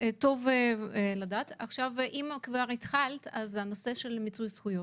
נושא מיצוי זכויות.